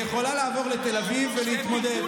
היא יכולה לעבור לתל אביב ולהתמודד,